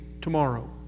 tomorrow